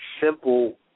simple